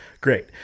great